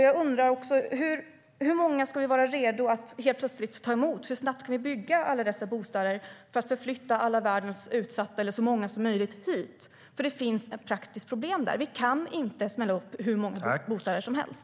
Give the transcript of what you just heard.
Jag undrar också: Hur många ska vi vara redo att helt plötsligt ta emot? Hur snabbt ska vi bygga alla dessa bostäder för att förflytta alla världens utsatta - eller så många som möjligt - hit? Det finns ju ett praktiskt problem. Vi kan inte smälla upp hur många bostäder som helst.